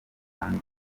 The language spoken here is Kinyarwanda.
kandi